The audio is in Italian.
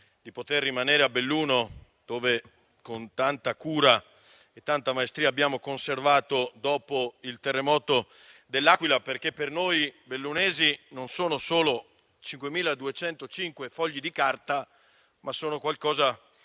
del processo rimanessero a Belluno, dove con tanta cura e tanta maestria li abbiamo conservati dopo il terremoto dell'Aquila, perché per noi bellunesi non sono solo 5.205 fogli di carta, ma sono qualcosa di